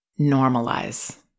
Normalize